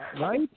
Right